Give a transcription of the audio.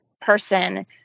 person